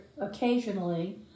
occasionally